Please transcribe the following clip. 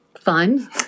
fun